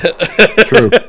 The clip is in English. True